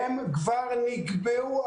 הם כבר נקבעו,